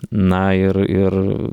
na ir ir